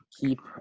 keep